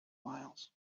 miles